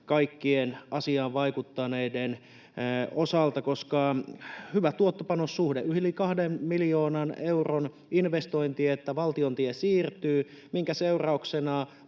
kaikkien asiaan vaikuttaneiden osalta: Hyvä tuotto—panos-suhde, yli kahden miljoonan euron investointi, että valtion tie siirtyy, minkä seurauksena